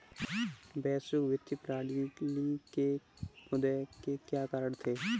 वैश्विक वित्तीय प्रणाली के उदय के क्या कारण थे?